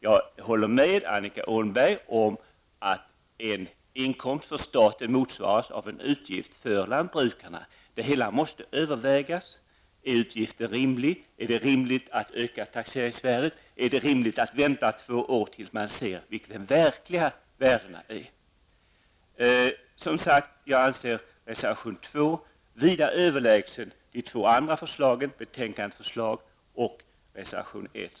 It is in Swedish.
Jag håller med Annika Åhnberg om att en inkomst för staten motsvarar en utgift för lantbrukarna. Det hela måste övervägas. Är utgiften rimlig? Är det rimligt att öka taxeringsvärdet? Är det rimligt att vänta två år tills man ser vilka de verkliga värdena är? Jag anser reservation 2 vida överlägsen de två andra förslagen, dvs. förslagen i betänkandet och i reservation 1.